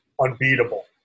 unbeatable